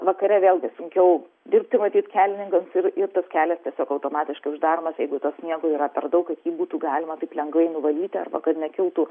vakare vėlgi sunkiau dirbt matyt kelininkams ir ir tas kelias tiesiog automatiškai uždaromas jeigu to sniego yra per daug kad jį būtų galima taip lengvai nuvalyti arba kad nekiltų